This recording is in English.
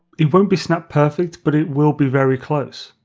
it won't be snap perfect, but it will be very close.